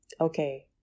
okay